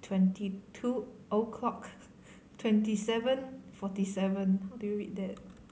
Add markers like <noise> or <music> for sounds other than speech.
twenty two o'clock <noise> twenty seven forty seven <unintelligible>